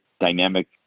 dynamic